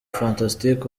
fantastic